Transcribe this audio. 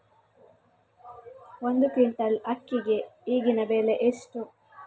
ಒಂದು ಕ್ವಿಂಟಾಲ್ ಅಕ್ಕಿಗೆ ಈಗಿನ ಬೆಲೆ ಎಷ್ಟು?